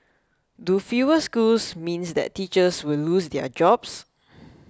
do fewer schools mean that teachers will lose their jobs